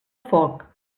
foc